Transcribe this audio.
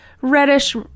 reddish